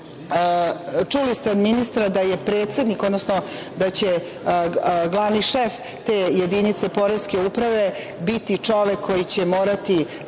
ste od ministra da je predsednik, odnosno da će glavni šef te jedinice Poreske uprave biti čovek koji će morati